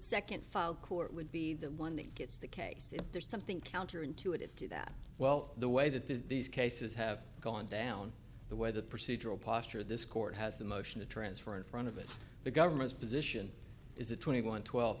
second filed court would be the one that gets the case if there's something counter intuitive to that well the way that these cases have gone down the way the procedural posture this court has the motion to transfer in front of it the government's position is a twenty one twelve